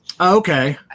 Okay